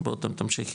בואי תמשיכי,